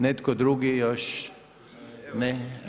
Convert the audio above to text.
Netko drugi još, ne?